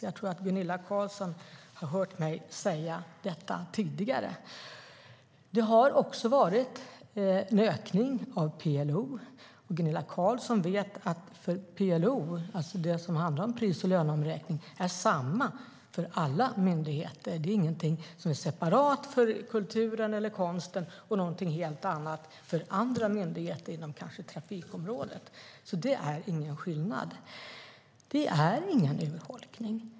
Jag tror att Gunilla Carlsson har hört mig säga detta tidigare. Det har också varit en ökning av PLO. Gunilla Carlsson vet att PLO, alltså det som handlar om pris och löneomräkning, är samma för alla myndigheter - det är ingenting som är separat för kulturen eller konsten och någonting helt annat för andra myndigheter inom kanske trafikområdet. Det är alltså ingen skillnad. Det är ingen urholkning.